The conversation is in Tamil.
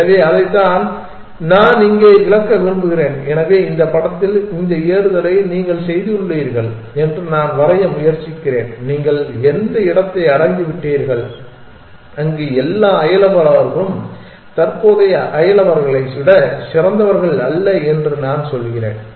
எனவே அதைத்தான் நான் இங்கே விளக்க விரும்புகிறேன் எனவே இந்த படத்தில் இந்த ஏறுதலை நீங்கள் செய்துள்ளீர்கள் என்று நான் வரைய முயற்சிக்கிறேன் நீங்கள் அந்த இடத்தை அடைந்துவிட்டீர்கள் அங்கு எல்லா அயலவர்களும் தற்போதைய அயலவர்களை விட சிறந்தவர்கள் அல்ல என்று நான் சொல்கிறேன்